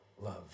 love